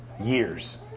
years